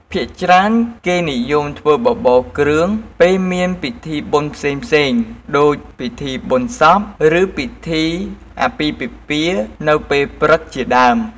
ភាគច្រើនគេនិយមធ្វើបបរគ្រឿងពេលមានពិធីបុណ្យផ្សេងៗដូចពិធីបុណ្យសព ឬពិធីអាពាហ៍ពិពាហ៍នៅពេលព្រឹកជាដើម។